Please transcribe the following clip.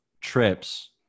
trips